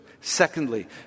Secondly